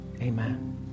Amen